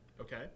Okay